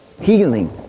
healing